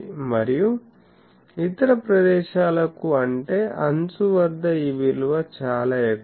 మరియు ఇతర ప్రదేశాలకు అంటేఅంచు వద్ద ఈ విలువ చాలా ఎక్కువ